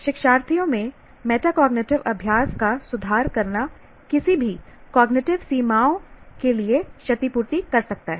शिक्षार्थियों में मेटाकॉग्निटिव अभ्यास का सुधार करना किसी भी कॉग्निटिव सीमाओं के लिए क्षतिपूर्ति कर सकता है